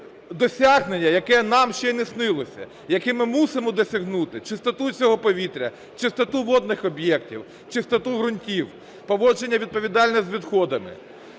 досягнення, яке нам ще не снилося, яке ми мусимо досягнути: чистоту всього повітря, чистоту водних об'єктів, чистоту ґрунтів, поводження відповідальне з відходами.